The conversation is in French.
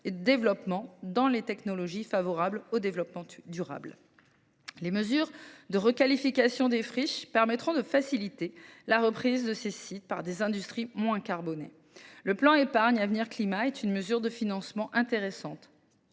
et développement dans les technologies favorables au développement durable. Les mesures de requalification des friches permettront de faciliter la reprise de ces sites par des industries moins carbonées. Le plan d’épargne avenir climat est une mesure de financement intéressante,